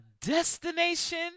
destination